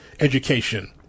education